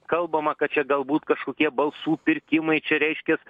kalbama kad čia galbūt kažkokie balsų pirkimai čia reiškias